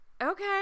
okay